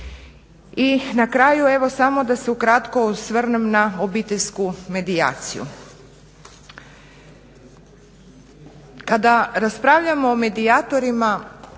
I na kraju evo samo da se ukratko osvrnem na obiteljsku medijaciju. Kada raspravljamo o medijatorima,